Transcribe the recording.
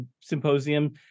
symposium